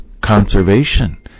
conservation